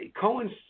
Cohen's